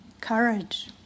courage